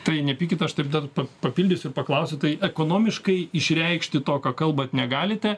tai nepykit aš taip dar papildysiu ir paklausiu tai ekonomiškai išreikšti to ką kalbat negalite